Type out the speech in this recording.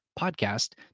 podcast